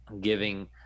giving